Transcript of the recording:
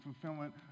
fulfillment